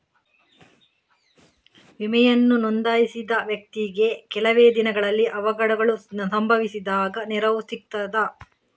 ವಿಮೆಯನ್ನು ನೋಂದಾಯಿಸಿದ ವ್ಯಕ್ತಿಗೆ ಕೆಲವೆ ದಿನಗಳಲ್ಲಿ ಅವಘಡಗಳು ಸಂಭವಿಸಿದಾಗ ನೆರವು ಸಿಗ್ತದ?